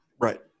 Right